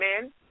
men